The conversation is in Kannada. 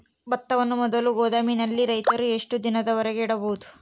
ಭತ್ತವನ್ನು ಮೊದಲು ಗೋದಾಮಿನಲ್ಲಿ ರೈತರು ಎಷ್ಟು ದಿನದವರೆಗೆ ಇಡಬಹುದು?